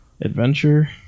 adventure